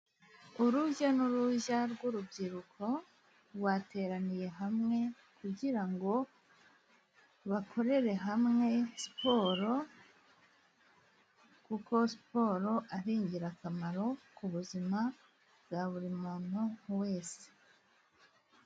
Urujya n'uruza rw'urubyiruko rwateraniye hamwe, kugira ngo bakorere hamwe siporo; kuko siporo ari ingirakamaro ku buzima bwa buri muntu wese.